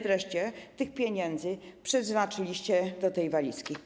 Wreszcie: Ile pieniędzy przeznaczyliście do tej walizki?